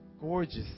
gorgeous